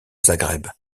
zagreb